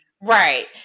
right